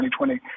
2020